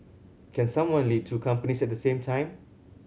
can someone lead two companies at the same time